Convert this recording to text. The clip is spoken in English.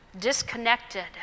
disconnected